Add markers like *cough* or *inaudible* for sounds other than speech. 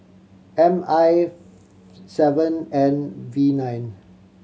M I *unintelligible* seven N V nine